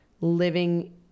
living